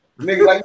Nigga